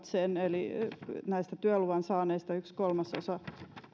sen eli näistä työlupaa hakeneista yksi kolmasosa